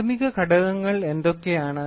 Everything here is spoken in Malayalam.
പ്രാഥമിക ഘടകങ്ങൾ എന്തൊക്കെയാണ്